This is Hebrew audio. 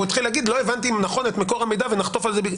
והוא יתחיל להגיד לא הבנתי נכון את מקור המידע ונחטוף על זה.